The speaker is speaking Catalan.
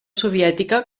soviètica